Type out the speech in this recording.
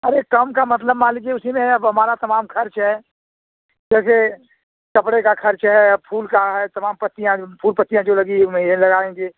अरे कम का मतलब मान लीजिए उसी में है अब हमारा तमाम खर्च है जैसे कपड़े का खर्च है या फूल का है तमाम पत्तियाँ फूल पत्तियाँ जो लगी हुई हैं या लगाएँगे